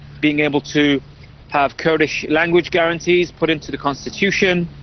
being able to have kurdish language guarantees put into the constitution,